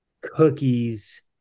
cookies